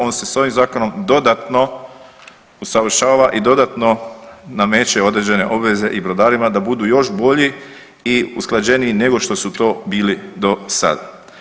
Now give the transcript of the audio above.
On se s ovim zakonom dodatno usavršava i dodatno nameće određene obveze i brodarima da budu još bolji i usklađeniji nego što su to bili do sada.